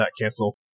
cancel